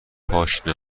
پاشنه